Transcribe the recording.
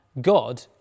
God